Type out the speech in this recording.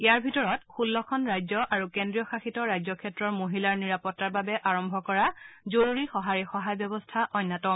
ইয়াৰ ভিতৰত ষোম্লখন ৰাজ্য আৰু কেন্দ্ৰীয় শাসিত ৰাজ্যক্ষেত্ৰৰ মহিলাৰ নিৰাপত্তাৰ বাবে আৰম্ভ কৰা জৰুৰী সঁহাৰি সহায় ব্যৱস্থা অন্যতম